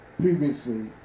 previously